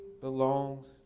belongs